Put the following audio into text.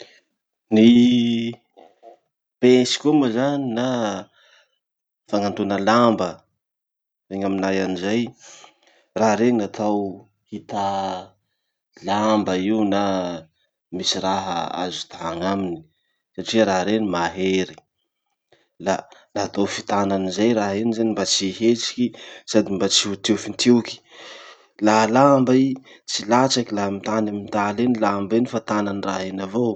Ny pince koa moa moa zany na fagnatogna lamba hoy gn'aminay any zay. Raha reny natao hità lamba io na misy raha azo tana aminy satria raha reny malemy. La la atao fitana anizay raha iny zany mba tsy hihetsiky sady mba tsy ho tiofin-tioky. Laha lamba i, tsy latsaky laha mitany amy taly iny lamba iny fa tanan'ny raha iny avao.